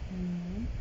mmhmm